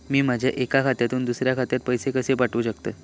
मी माझ्या एक्या खात्यासून दुसऱ्या खात्यात पैसे कशे पाठउक शकतय?